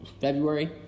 February